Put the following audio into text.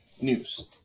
news